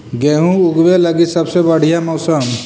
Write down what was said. गेहूँ ऊगवे लगी सबसे बढ़िया मौसम?